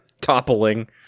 toppling